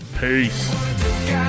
Peace